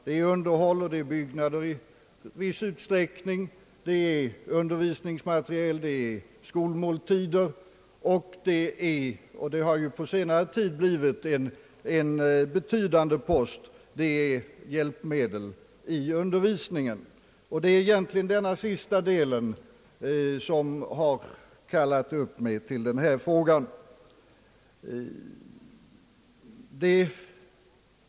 Det är underhåll, det är i viss utsträckning byggnader, det är undervisning och materiel, skolmåltider och det är — det har ju på senare tid blivit en betydande post — hjälpmedel i undervisningen, Det är egentligen det sistnämnda som har uppkallat mig till denna fråga.